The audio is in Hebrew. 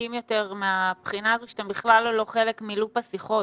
חזקים יותר מהבחינה הזאת שאתם בכלל לא חלק מלופ השיחות,